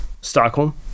Stockholm